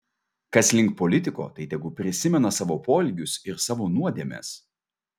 kas link politiko tai tegu prisimena savo poelgius ir savo nuodėmes